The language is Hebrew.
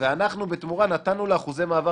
ואנחנו בתמורה נתנו לה אחוזי מעבר